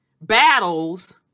battles